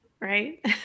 right